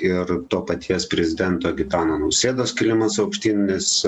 ir to paties prezidento gitano nausėdos kilimas aukštyn nes